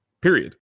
period